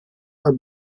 are